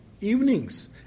evenings